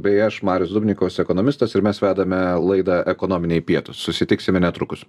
bei aš marius dubnikovas ekonomistas ir mes vedame laidą ekonominiai pietūs susitiksime netrukus